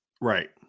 Right